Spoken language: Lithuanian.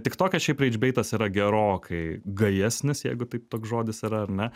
tiktoke šiaip reidžbeitas yra gerokai gajesnis jeigu taip toks žodis yra ar ne